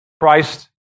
Christ